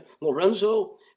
Lorenzo